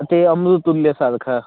ते अमृततुल्यसारखं